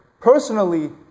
personally